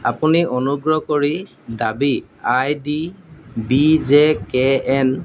আপুনি অনুগ্ৰহ কৰি দাবী I D B J K N